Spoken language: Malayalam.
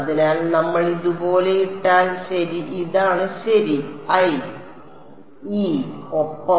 അതിനാൽ നമ്മൾ ഇതുപോലെ ഇട്ടാൽ ഇതാണ് ശരി i e ഒപ്പം